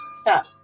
Stop